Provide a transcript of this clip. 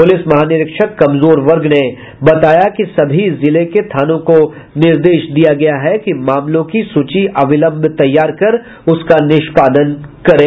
police महानिरीक्षक कमजोर वर्ग ने बताया कि सभी जिले के थानों को निर्देश दिया गया है कि मामलों की सूची अविलंब तैयार कर उसका निष्पादन करें